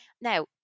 now